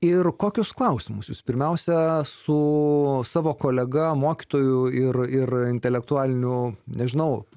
ir kokius klausimus jūs pirmiausia su savo kolega mokytoju ir ir intelektualiniu nežinau